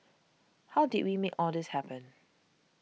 how did we make all this happen